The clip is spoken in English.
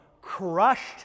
crushed